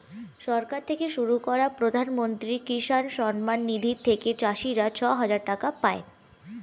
সরকার থেকে শুরু করা প্রধানমন্ত্রী কিষান সম্মান নিধি থেকে চাষীরা ছয় হাজার টাকা পায়